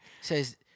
says